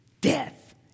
Death